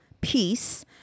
peace